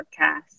podcast